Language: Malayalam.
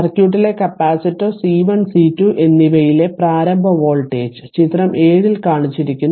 സർക്യൂട്ടിലെ കപ്പാസിറ്റർ C 1 C 2 എന്നിവയിലെ പ്രാരംഭ വോൾട്ടേജ് ചിത്രം 7 ൽ കാണിച്ചിരിക്കുന്നു